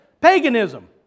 Paganism